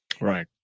Right